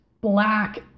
black